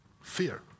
Fear